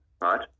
right